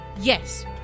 yes